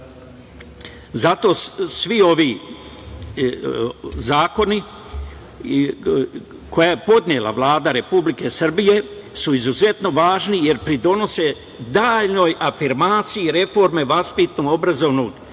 zato svi ovi zakoni koje je podnela Vlada Republike Srbije su izuzetno važni, jer pridonose daljoj afirmaciji reforme vaspitno-obrazovnog